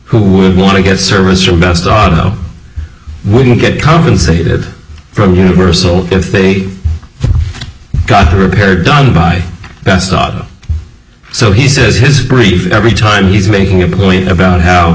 who would want to get service are best auto wouldn't get compensated from universal if they got the repair done by stop so he says his brief every time he's making a point about how